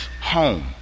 home